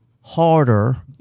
harder